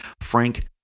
Frank